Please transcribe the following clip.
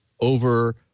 over